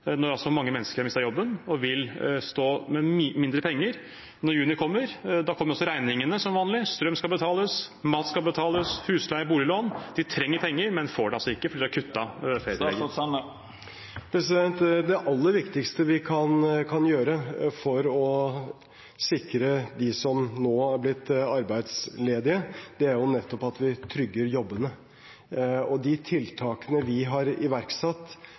mange mennesker har mistet jobben, og vil stå med mye mindre penger når juni kommer? Da kommer også regningene, som vanlig. Strøm skal betales, mat, husleie og boliglån skal betales. De trenger penger, men får det altså ikke fordi feriepengetillegget er kuttet. Det aller viktigste vi kan gjøre for å sikre dem som nå har blitt arbeidsledige, er at vi trygger jobbene. De tiltakene vi har iverksatt